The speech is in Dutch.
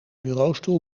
bureaustoel